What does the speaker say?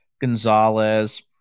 gonzalez